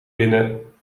binnen